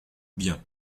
bien